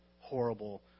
horrible